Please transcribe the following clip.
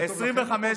זה טוב לכם או טוב לי?